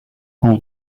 all